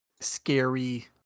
Scary